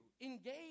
engage